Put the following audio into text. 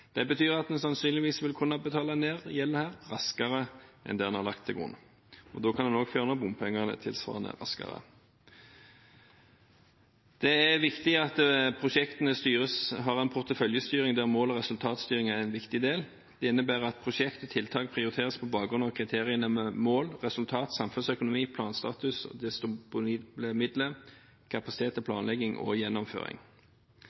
Det betyr at en sannsynligvis vil kunne betale ned denne gjelden raskere enn en har lagt til grunn. Da kan en også fjerne bompengene tilsvarende raskere. Det er viktig at prosjektene har en porteføljestyring der mål- og resultatstyring er en viktig del. Det innebærer at prosjekt og tiltak prioriteres på bakgrunn av kriteriene mål, resultat, samfunnsøkonomi, planstatus, disponible midler, kapasitet til planlegging og gjennomføring.